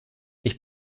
ich